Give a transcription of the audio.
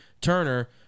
Turner